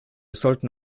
sollten